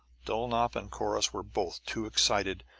dulnop and corrus were both too excited,